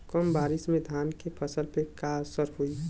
कम बारिश में धान के फसल पे का असर होई?